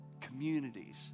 communities